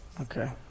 Okay